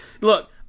look